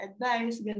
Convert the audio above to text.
advice